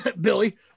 Billy